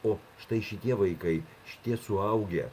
o štai šitie vaikai šitie suaugę